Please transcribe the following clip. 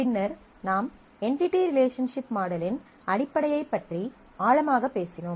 பின்னர் நாம் entity relationship மாடலின் அடிப்படையைப் பற்றி ஆழமாக பேசினோம்